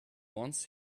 once